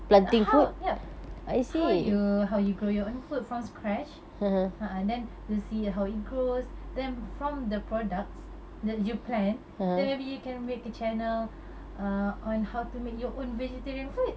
how ya how you how you grow your own food from scratch a'ah then we'll see how it grows then from the products that you plant then maybe you can make a channel uh on how to make your own vegetarian food